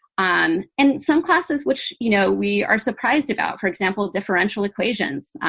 um and some classes, which, you know, we are surprised about. for example, differential equations,